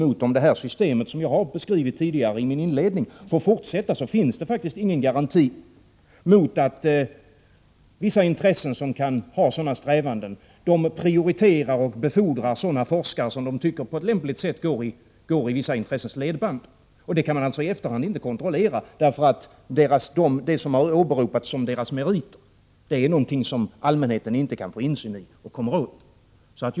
Om det system som jag beskrev i mitt inledningsanförande får fortsätta, finns det ingen garanti mot att vissa intressen som kan ha sådana strävanden prioriterar och befordrar sådana forskare som de tycker på ett lämpligt sätt går i deras ledband. Det kan man i efterhand inte kontrollera, eftersom det som åberopats som dessa forskares meriter är någonting som allmänheten inte kan få insyn i och komma åt.